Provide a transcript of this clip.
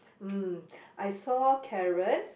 mm I saw carrots